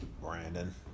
Brandon